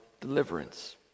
deliverance